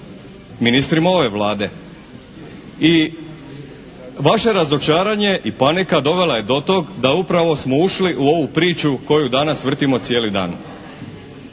ministrima ove Vlade. I vaše razočaranje i panika dovela je do tog da upravo smo ušli u ovu priču koju danas vrtimo cijeli dan.